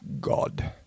God